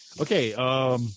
Okay